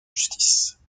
justice